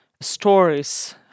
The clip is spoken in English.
stories